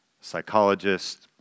psychologist